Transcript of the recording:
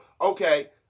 Okay